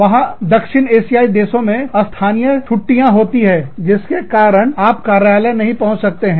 वहां दक्षिण एशियाई देशों में स्थानीय छुट्टियाँ होती है जिसके कारण से आप कार्यालय नहीं पहुंच सकते हैं